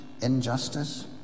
injustice